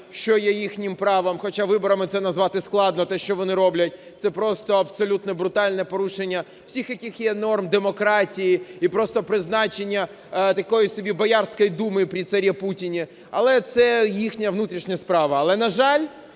що є їхнім правом, хоча виборами це назвати складно, те, що вони роблять, це просто абсолютне брутальне порушення всіх яких є норм демократії і просто призначення такої собі боярської думи при царе Путине. Але це їхня внутрішня справа. Але, на жаль,